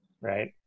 right